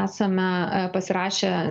esame pasirašę